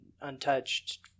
untouched